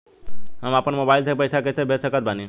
हम अपना मोबाइल से पैसा कैसे भेज सकत बानी?